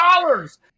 dollars